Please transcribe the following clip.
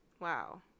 Wow